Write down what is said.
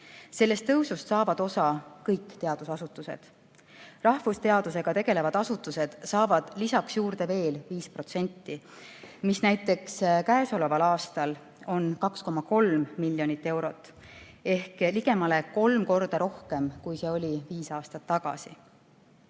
Sellest tõusust saavad osa kõik teadusasutused. Rahvusteadusega tegelevad asutused saavad lisaks juurde veel 5%, mis näiteks käesoleval aastal on 2,3 miljonit eurot ehk ligemale kolm korda rohkem kui viis aastat tagasi. Nüüd